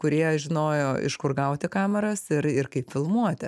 kurie žinojo iš kur gauti kameras ir ir kaip filmuoti